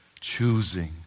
choosing